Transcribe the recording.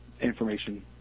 information